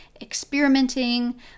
experimenting